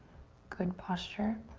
good posture.